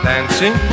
dancing